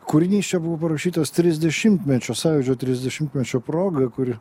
kūrinys čia buvo parašytas trisdešimtmečio sąjūdžio trisdešimtmečio proga kuri